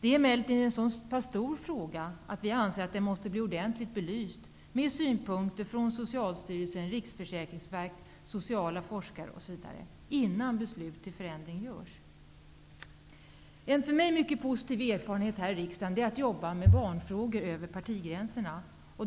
Detta är emellertid en så stor fråga att vi anser att den måste bli ordentligt belyst med synpunkter från Socialstyrelsen, Riksförsäkringsverket, sociala forskare osv. innan beslut om förändring görs. En för mig mycket positiv erfarenhet här i riks dagen är att jobba över partigränserna med barn frågor.